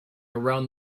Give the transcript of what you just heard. around